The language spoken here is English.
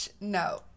No